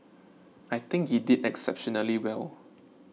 I think he did exceptionally well